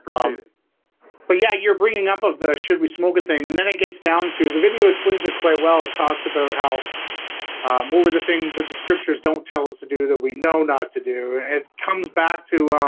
um well, yeah you're bringing up of the should we smoke good thing and then it gets down to the video explains are quite well it talks about how what were the things that the scriptures don't tell us to do that? we know not to do it comes back to